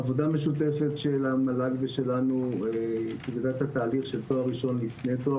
עבודה משותפת של המל"ג ושלנו קבעה את התהליך של תואר ראשון לפני תואר